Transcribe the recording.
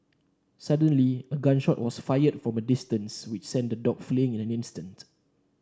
suddenly a gun shot was fired from a distance which sent the dogs fleeing in an instant